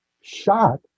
shot